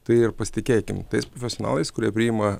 tai ir pasitikėkim tais profesionalais kurie priima